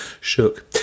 Shook